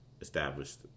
established